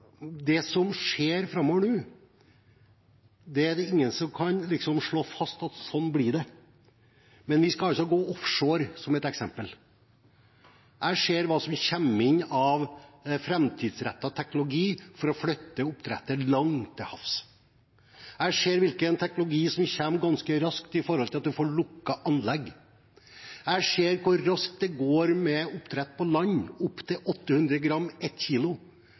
det blir sånn. La oss gå offshore, som et eksempel: Jeg ser hva som kommer av framtidsrettet teknologi for å flytte oppdrett langt til havs. Jeg ser hvilken teknologi som kommer – ganske raskt – for lukkede anlegg. Jeg ser hvor raskt det går med oppdrett på land – opptil 800–1 000 gram